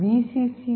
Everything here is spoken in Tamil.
சி